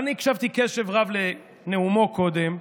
אני הקשבתי קשב רב לנאומו קודם,